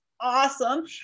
awesome